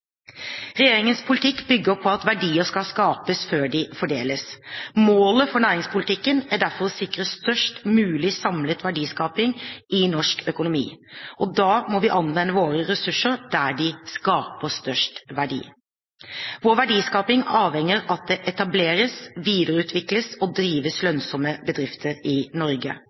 Regjeringens politikk bygger på at verdier skal skapes, før de fordeles. Målet for næringspolitikken er derfor å sikre størst mulig samlet verdiskaping i norsk økonomi. Da må vi anvende våre ressurser der de skaper størst verdi. Vår verdiskaping avhenger av at det etableres, videreutvikles og drives lønnsomme bedrifter i Norge.